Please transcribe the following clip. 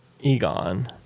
Egon